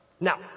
Now